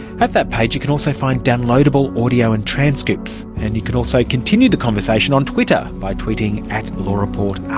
at that page you can also find downloadable audio and transcripts and you can also continue the conversation on twitter, by tweeting at lawreportrn.